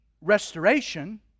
restoration